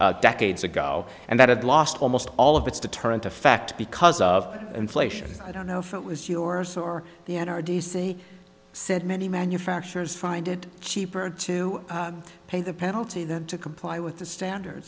decades ago and that had lost almost all of its deterrent effect because of inflation i don't know if it was yours or the n r d c said many manufacturers find it cheaper to pay the penalty than to comply with the standards